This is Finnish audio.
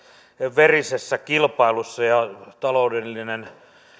verisessä kilpailussa ja taloudellinen